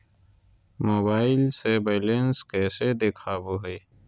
Mobile से balance कैसे देखाबो है?